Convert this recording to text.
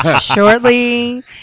shortly